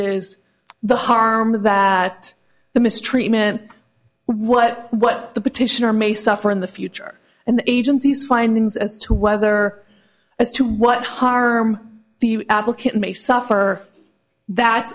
is the harm that the mistreatment what what the petitioner may suffer in the future and agencies findings as to whether as to what harm the applicant may suffer that